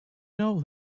know